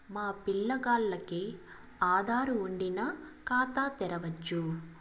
మా పిల్లగాల్లకి ఆదారు వుండిన ఖాతా తెరవచ్చు